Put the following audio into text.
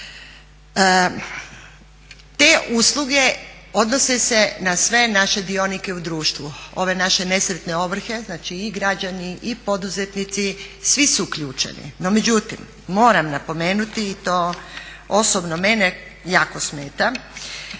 Te usluge odnose se na sve naše dionike u društvu, ove naše nesretne ovrhe, znači i građani i poduzetnici, svi su uključeni, no međutim moram napomenuti i to osobno mene jako smeta.